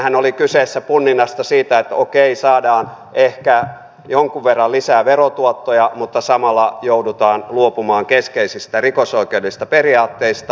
siinähän oli kyseessä punninta siitä että okei saadaan ehkä jonkun verran lisää verotuottoja mutta samalla joudutaan luopumaan keskeisistä rikosoikeudellisista periaatteista